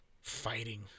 Fighting